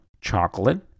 chocolate